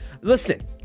Listen